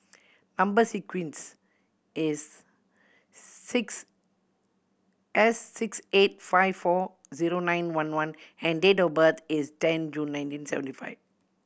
number sequence is six S six eight five four zero nine one one and date of birth is ten June nineteen seventy five